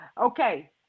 Okay